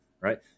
right